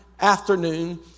afternoon